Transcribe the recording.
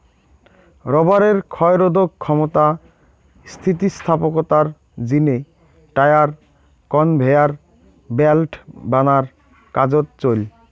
রবারের ক্ষয়রোধক ক্ষমতা, স্থিতিস্থাপকতার জিনে টায়ার, কনভেয়ার ব্যাল্ট বানার কাজোত চইল